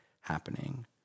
happening